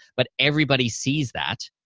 but everybody sees that,